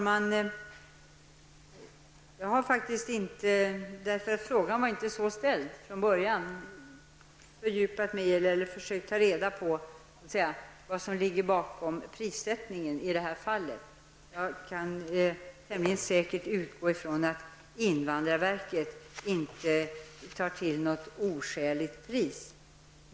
Herr talman! Frågan var inte så ställd från början. Därför har jag inte försökt ta reda på vad som ligger bakom denna prissättning. Men jag utgår ifrån att invandrarverket inte tar ut något oskäligt pris.